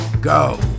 go